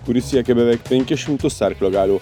kuris siekia beveik penkis šimtus arklio galių